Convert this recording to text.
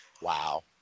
Wow